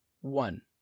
one